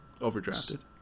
Overdrafted